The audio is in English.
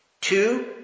Two